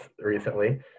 recently